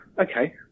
Okay